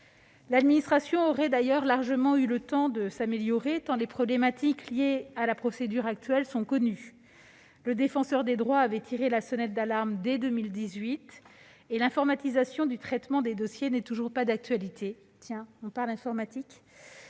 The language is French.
L'administration aurait largement eu le temps de s'améliorer, tant les problématiques liées à la procédure actuelle sont connues. Le Défenseur des droits avait tiré la sonnette d'alarme dès 2018, et l'informatisation du traitement des dossiers n'est toujours pas d'actualité. La simplification,